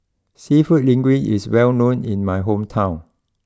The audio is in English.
Seafood Linguine is well known in my hometown